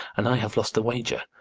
and i have lost the wager.